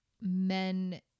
men